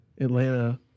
Atlanta